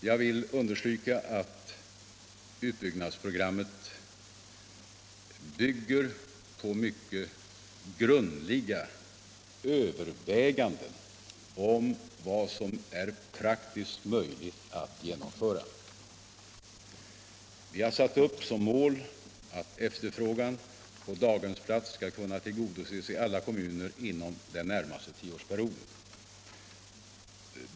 Jag vill understryka att utbyggnadsprogrammet bygger på mycket grundliga överväganden om vad som är praktiskt möjligt att genomföra. Vi satte upp som mål att efterfrågan på daghemsplatser skall kunna tillgodoses i alla kommuner inom den närmaste tioårsperioden.